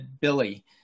Billy